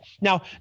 Now